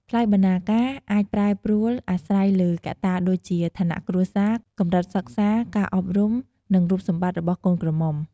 ថ្លៃបណ្ណាការអាចប្រែប្រួលអាស្រ័យលើកត្តាដូចជា ឋានៈគ្រួសារ កម្រិតសិក្សា ការអប់រុំ និងរូបសម្បត្តិរបស់កូនក្រមុំ។